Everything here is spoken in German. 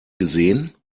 gesehen